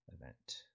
event